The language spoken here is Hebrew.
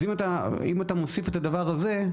אם אתה מוסיף את הדבר הזה,